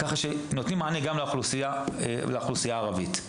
כך שנותנים מענה גם לאוכלוסייה הערבית.